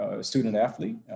student-athlete